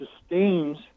sustains